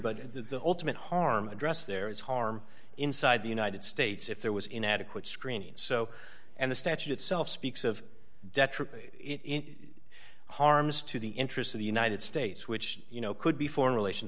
but the ultimate harm address there is harm inside the united states if there was inadequate screening so and the statute itself speaks of detriment in harms to the interests of the united states which you know could be foreign relations